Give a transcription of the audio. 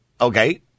Okay